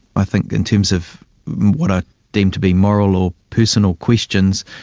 i think in terms of what i deem to be moral or personal questions,